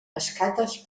escates